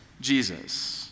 Jesus